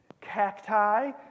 cacti